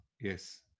Yes